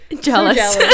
jealous